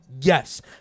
yes